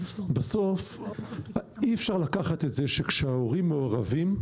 בסוף אי אפשר לקחת את זה שכשההורים מעורבים,